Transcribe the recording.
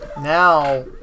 Now